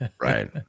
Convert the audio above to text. Right